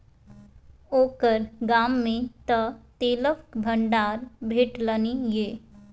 ओकर गाममे तँ तेलक भंडार भेटलनि ये